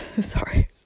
sorry